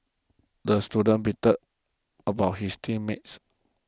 the student beefed about his team mates